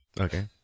Okay